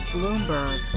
Bloomberg